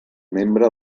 membre